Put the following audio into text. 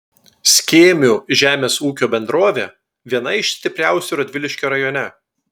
skėmių žemės ūkio bendrovė viena iš stipriausių radviliškio rajone